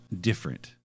different